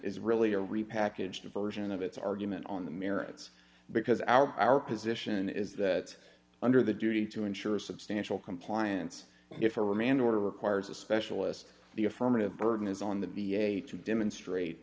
is really a repackaged version of its argument on the merits because our position is that under the duty to ensure a substantial compliance if a remand order requires a specialist the affirmative burden is on the v a to demonstrate